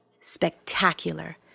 spectacular